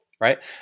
right